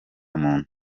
muntu